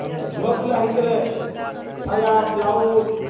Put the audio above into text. ତ ଝିଅ ପିଲା ହେଇଥିଲେ ସାୟା ବ୍ଲାଉଜ୍